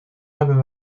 hebben